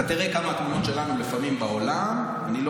אתה תראה כמה תמונות שלנו בעולם לפעמים